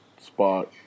spot